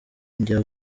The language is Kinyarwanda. njya